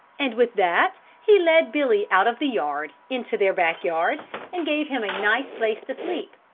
and with that he led billy out of the yard into their back yard and gave him a nice place to sleep,